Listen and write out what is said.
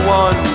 one